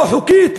לא חוקית,